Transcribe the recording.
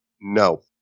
No